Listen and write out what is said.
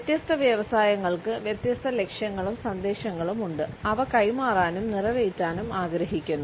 വ്യത്യസ്ത വ്യവസായങ്ങൾക്ക് വ്യത്യസ്ത ലക്ഷ്യങ്ങളും സന്ദേശങ്ങളുമുണ്ട് അവ കൈമാറാനും നിറവേറ്റാനും ആഗ്രഹിക്കുന്നു